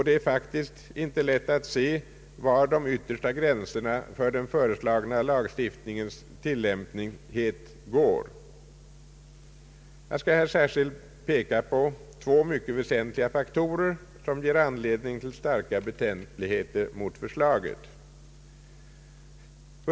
Det är faktiskt inte lätt att se var de yttersta gränserna för den föreslagna lagstiftningens tilllämpning går. Jag skall här särskilt peka på två mycket väsentliga faktorer som ger anledning till starka betänkligheter mot förslaget.